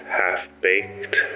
half-baked